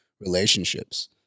relationships